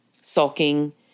sulking